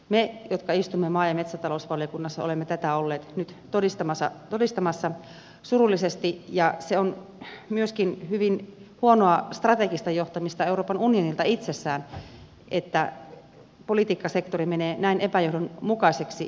me jotka istumme maa ja metsätalousvaliokunnassa olemme tätä olleet nyt todistamassa surullisesti ja se on myöskin hyvin huonoa strategista johtamista euroopan unionilta itsessään että politiikkasektori menee näin epäjohdonmukaiseksi